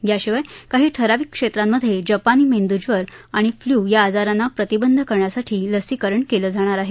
याशिवाय काही ठराविक क्षेत्रांमध्ये जपानी मेंदज्वर आणि फ्ल्यू या आजारांना प्रतिबंध करण्यासाठी लसीकरण केलं जाणार आहे